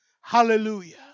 Hallelujah